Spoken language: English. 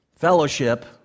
...fellowship